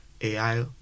AI